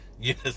Yes